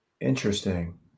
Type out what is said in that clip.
Interesting